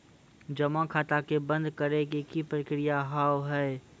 जमा खाता के बंद करे के की प्रक्रिया हाव हाय?